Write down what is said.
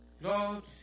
Lord